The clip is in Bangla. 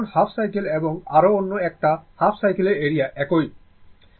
কারণ হাফ সাইকেল এবং আরও অন্য একটা হাফ সাইকেলের এরিয়া একই থাকে